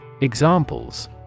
Examples